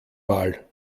mal